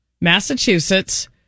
Massachusetts